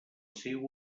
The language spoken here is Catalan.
seua